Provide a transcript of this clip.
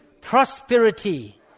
prosperity